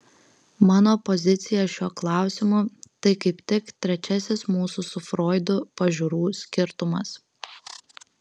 mano pozicija šiuo klausimu tai kaip tik trečiasis mūsų su froidu pažiūrų skirtumas